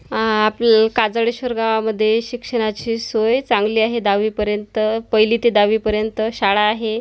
आपल्या काजळेश्वर गावामध्ये शिक्षणाची सोय चांगली आहे दहावीपर्यंत पहिली ते दहावीपर्यंत शाळा आहे